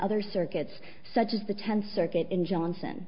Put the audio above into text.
other circuits such as the tenth circuit in johnson